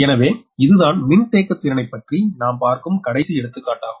எனவே இதுதான் மின்தேக்கத்திறனை பற்றி நாம் பார்க்கும் கடைசி எடுத்துக்காட்டாகும்